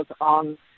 on